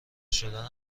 شدن